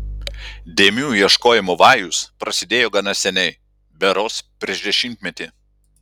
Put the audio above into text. dėmių ieškojimo vajus prasidėjo gana seniai berods prieš dešimtmetį